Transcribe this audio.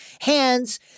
hands